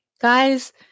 guys